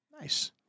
Nice